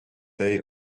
day